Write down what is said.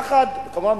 כמובן,